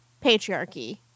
patriarchy